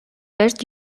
барьж